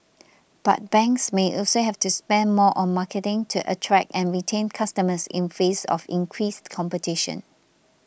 but banks may also have to spend more on marketing to attract and retain customers in face of increased competition